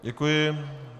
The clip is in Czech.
Děkuji.